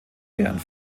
während